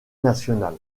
national